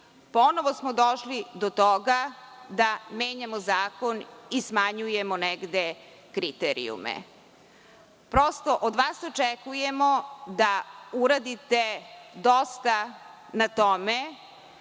Ponovo smo došli do toga da menjamo zakon i smanjujemo negde kriterijume. Prosto, od vas očekujemo da uradite dosta na tome